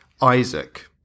Isaac